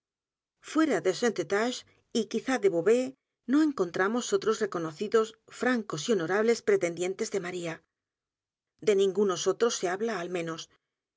a de st eustache y quizá beauvais no encontramos otros reconocidos francos y honorables pretendientes de maría de ningunos otros se habla al menos